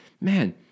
man